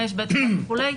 וכו'